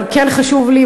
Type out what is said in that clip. אבל כן חשוב לי,